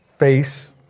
face